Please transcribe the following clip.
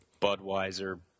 Budweiser